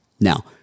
Now